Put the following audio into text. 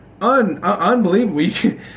unbelievable